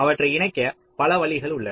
அவற்றை இணைக்க பல வழிகள் உள்ளன